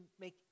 make